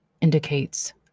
indicates